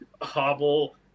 hobble